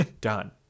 done